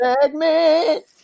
segment